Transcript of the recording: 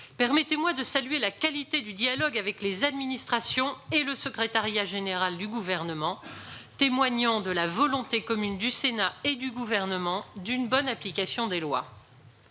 Permettez-moi de saluer la qualité du dialogue avec les administrations et le secrétariat général du Gouvernement, témoignant de la volonté commune du Sénat et du Gouvernement d'une bonne application des lois.